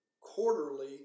quarterly